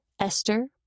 Esther